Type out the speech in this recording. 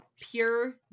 Pure